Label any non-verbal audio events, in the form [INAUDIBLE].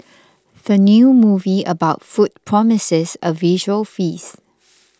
[NOISE] the new movie about food promises a visual feast